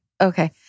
okay